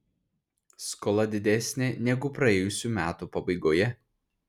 skola didesnė negu praėjusių metų pabaigoje